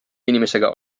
inimesega